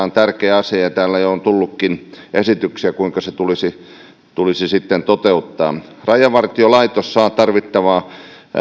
on tärkeä asia ja täällä on jo tullutkin esityksiä kuinka se tulisi tulisi toteuttaa rajavartiolaitos saa tarvittavaa